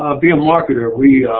ah be a marketer. we